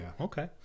Okay